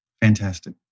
Fantastic